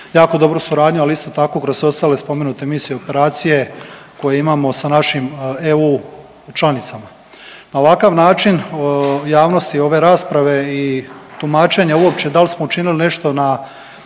jako dobru suradnju, ali isto tako kroz sve ostale spomenute misije, operacije koje imamo sa našim EU članicama. Na ovakav način javnosti ove rasprave i tumačenja uopće da li smo učinili nešto na